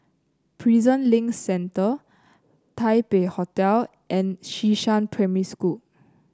Prison Link Centre Taipei Hotel and Xishan Primary School